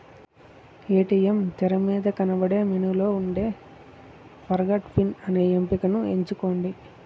ATM తెరమీద కనబడే మెనూలో ఉండే ఫర్గొట్ పిన్ అనే ఎంపికని ఎంచుకోండి